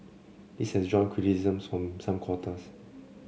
this has drawn criticisms from some quarters